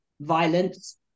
violence